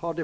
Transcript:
här.